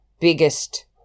biggest